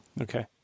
Okay